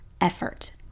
effort